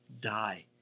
die